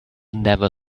never